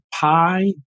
pi